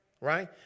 Right